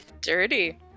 Dirty